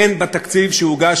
אין בתקציב שהוגש,